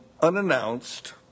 unannounced